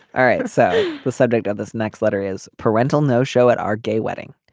all right so the subject of this next letter is parental no show at our gay wedding.